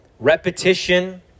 repetition